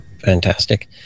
Fantastic